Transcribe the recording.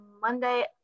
Monday